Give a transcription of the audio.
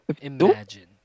Imagine